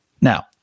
now